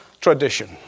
tradition